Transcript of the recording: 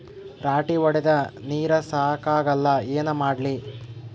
ರಾಟಿ ಹೊಡದ ನೀರ ಸಾಕಾಗಲ್ಲ ಏನ ಮಾಡ್ಲಿ?